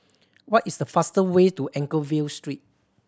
what is the fastest way to Anchorvale Street